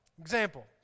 Example